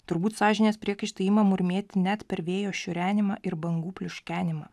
turbūt sąžinės priekaištai ima murmėti net per vėjo šiurenimą ir bangų pliuškenimą